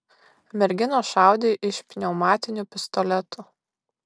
merginos šaudė iš pneumatinių pistoletų